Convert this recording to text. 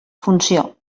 funció